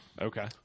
Okay